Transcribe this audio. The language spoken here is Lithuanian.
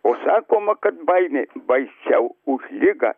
o sakoma kad baimė baisiau už ligą